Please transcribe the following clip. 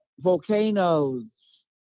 volcanoes